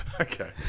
Okay